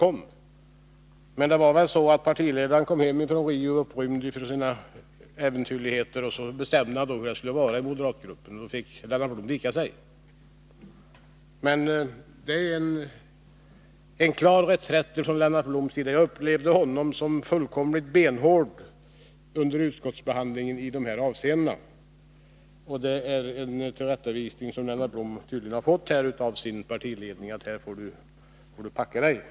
Men det gick väl till så att partiledaren kom hem från Rio, upprymd av sina äventyr, och bestämde hur det skulle vara i den moderata gruppen. Då fick Lennart Blom vika sig. Lennart Blom har gjort en klar reträtt. Under utskottsbehandlingen upplevde jag honom såsom fullkomligt benhård i dessa avseenden. Han har tydligen fått en tillrättavisning av sin partiledare och fått lov att ändra sig.